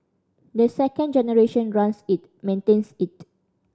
the second generation runs it maintains it